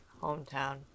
hometown